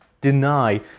deny